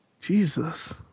Jesus